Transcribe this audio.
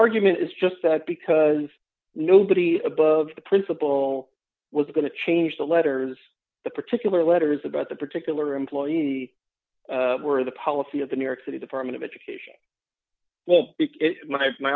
argument is just that because nobody above the principle was going to change the letters the particular letters about the particular employees were the policy of the new york city department of education well